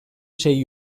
şey